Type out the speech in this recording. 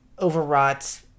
overwrought